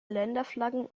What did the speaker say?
länderflaggen